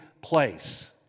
place